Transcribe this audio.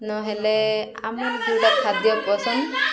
ନହେଲେ ଆମକୁ ଯେଉଁଟା ଖାଦ୍ୟ ପସନ୍ଦ